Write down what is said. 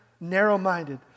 narrow-minded